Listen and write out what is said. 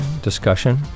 discussion